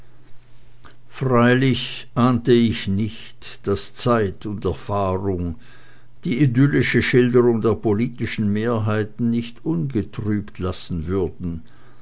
freilich ahnte ich nicht daß zeit und erfahrung die idyllische schilderung der politischen mehrheiten nicht ungetrübt lassen würden